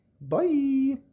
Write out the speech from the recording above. bye